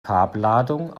farbladung